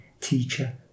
teacher